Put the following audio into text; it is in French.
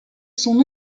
son